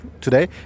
today